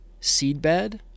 seedbed